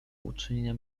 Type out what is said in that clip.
uczynienia